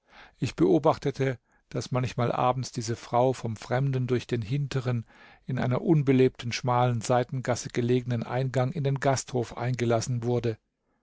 ich beobachtete daß manchmal abends diese frau vom fremden durch den hinteren in einer unbelebten schmalen seitengasse gelegenen eingang in den gasthof eingelassen wurde